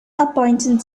appointed